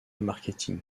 marketing